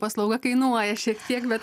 paslauga kainuoja šiek tiek bet